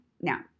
Now